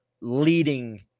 leading